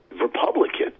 Republican